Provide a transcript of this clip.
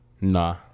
Nah